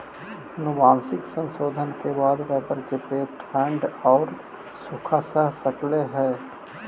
आनुवंशिक संशोधन के बाद रबर के पेड़ ठण्ढ औउर सूखा सह सकऽ हई